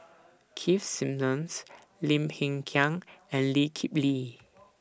Keith Simmons Lim Hng Kiang and Lee Kip Lee